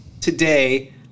today